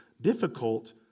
difficult